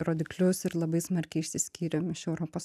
rodiklius ir labai smarkiai išsiskyrėm iš europos